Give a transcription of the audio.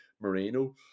Moreno